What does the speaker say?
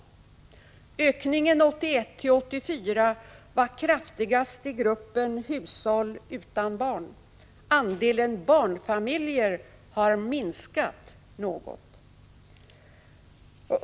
Ökningen 1981-1984 var kraftigast i gruppen hushåll utan barn. Andelen barnfamiljer har minskat något.